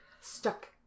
stuck